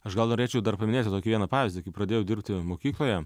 aš gal norėčiau dar paminėti vieną pavyzdį kai pradėjau dirbti mokykloje